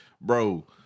bro